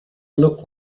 look